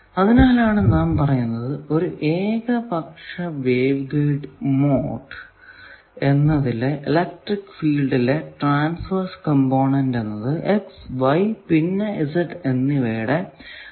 അതിനാലാണ് ഒരു ഏകപക്ഷ വേവ് ഗൈഡ് മോഡ് എന്നതിലെ ഇലക്ട്രിക്ക് ഫീൽഡിലെ ട്രാൻസ്വേർസ് കമ്പോണന്റ് എന്നത് x y പിന്നെ z എന്നിവയുടെ ഫങ്ക്ഷൻ ആണെന്ന് നാം പറയുന്നത്